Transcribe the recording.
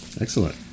Excellent